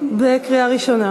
בקריאה ראשונה?